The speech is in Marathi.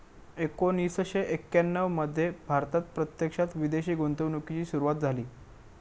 एकोणीसशे एक्याण्णव मध्ये भारतात प्रत्यक्षात विदेशी गुंतवणूकीची सुरूवात झाली